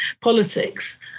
politics